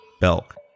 Belk